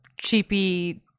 cheapy